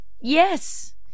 Yes